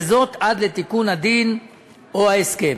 וזאת עד לתיקון הדין או ההסכם.